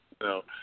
no